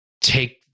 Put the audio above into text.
take